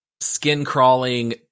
skin-crawling